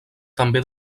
també